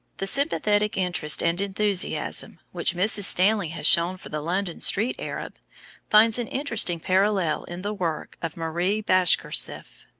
the sympathetic interest and enthusiasm which mrs. stanley has shown for the london street arab finds an interesting parallel in the work of marie bashkirtseff.